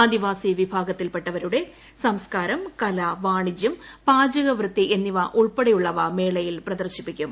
ആദിവാസി വിഭാഗത്തിൽപെട്ടവരുടെ സംസ്കാരം കല വാണിജ്യം പാചകവൃത്തി എന്നിവ ഉൾപ്പെടെയുള്ളവ മേളയിൽ പ്രദർശിപ്പിക്കും